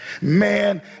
man